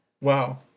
Wow